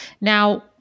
Now